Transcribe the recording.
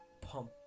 pump